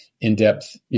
in-depth